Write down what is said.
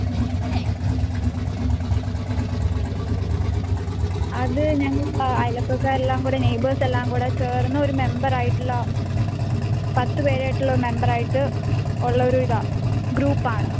അത് ഞങ്ങൾ അയൽവക്കക്കാരെല്ലാം കൂടി നൈബേഴ്സ് എല്ലാം കൂടെ ചേർന്ന് ഒരു മെംമ്പറായിട്ടുള്ള പത്തുപേരായിട്ടുള്ള മെമ്പറായിട്ട് ഉള്ള ഒരീതാണ് ഗ്രൂപ്പാണ്